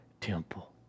temple